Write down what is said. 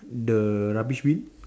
the rubbish bin